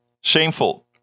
Shameful